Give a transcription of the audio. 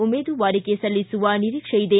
ಉಮೇದುವಾರಿಕೆ ಸಲ್ಲಿಸುವ ನಿರೀಕ್ಷೆ ಇದೆ